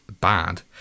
bad